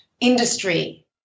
industry